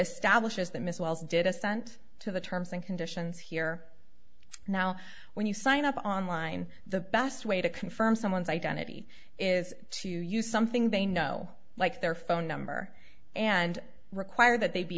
establishes that miss wells did assent to the terms and conditions here now when you sign up online the best way to confirm someone's identity is to use something they know like their phone number and require that they be